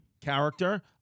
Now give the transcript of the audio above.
character